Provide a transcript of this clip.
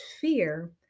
fear